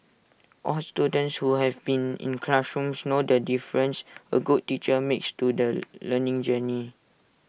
all students who have been in classrooms know the difference A good teacher makes to the learning journey